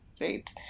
right